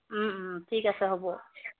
ঠিক আছে হ'ব